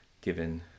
given